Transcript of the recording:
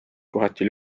kohati